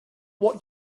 what